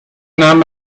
nahm